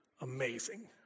amazing